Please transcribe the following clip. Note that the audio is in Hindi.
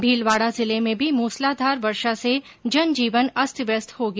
भीलवाड़ा जिले में भी मूसलाधार वर्षा से जनजीवन अस्तव्यस्त हो गया